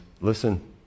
listen